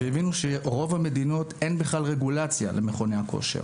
והבינו שברוב המדינות אין בכלל רגולציה על מכוני כושר.